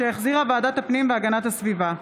שהחזירה ועדת הפנים והגנת הסביבה,